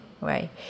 right